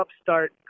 upstart